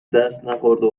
دستنخورده